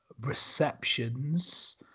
receptions